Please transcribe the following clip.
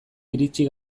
iritsi